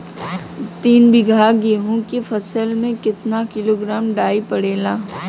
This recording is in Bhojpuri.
तीन बिघा गेहूँ के फसल मे कितना किलोग्राम डाई पड़ेला?